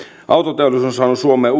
autoteollisuus on saanut suomeen